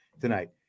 tonight